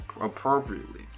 appropriately